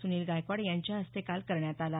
सुनील गायकवाड यांच्या हस्ते काल करण्यात आला